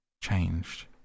Changed